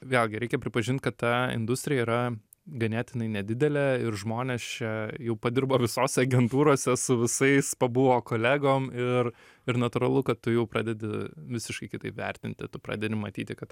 vėlgi reikia pripažint kad ta industrija yra ganėtinai nedidelė ir žmonės čia jau padirbo visose agentūrose su visais pabuvo kolegom ir ir natūralu kad tu jau pradedi visiškai kitaip vertinti tu pradedi matyti kad